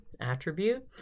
attribute